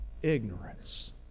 Ignorance